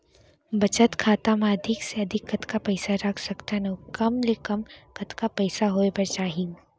बचत खाता मा अधिक ले अधिक कतका पइसा रख सकथन अऊ कम ले कम कतका पइसा होय बर चाही?